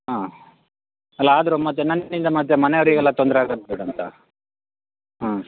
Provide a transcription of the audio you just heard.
ಹಾಂ ಅಲ ಆದರು ಮತ್ತೆ ನನ್ನಿಂದ ಮತ್ತೆ ಮನೆಯವರಿಗೆಲ್ಲ ತೊಂದರೆ ಆಗದು ಬೇಡ ಅಂತ ಹ್ಞೂ